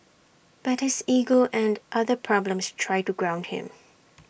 but his ego and other problems try to ground him